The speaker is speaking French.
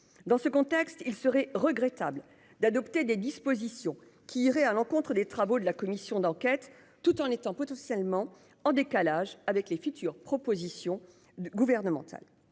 dans ce contexte, il serait regrettable d'adopter des dispositions qui irait à l'encontre des travaux de la commission d'enquête, tout en étant potentiellement en décalage avec les futures propositions gouvernementales